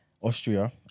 Austria